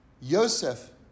Yosef